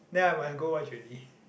then I must go watch already